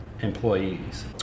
employees